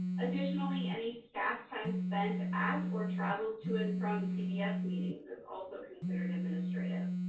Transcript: additionally, any staff time spent at, or travel to and from cbs meetings is also considered administrative.